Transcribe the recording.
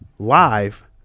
live